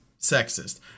sexist